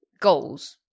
goals